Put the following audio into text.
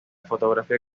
fotografía